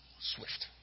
swift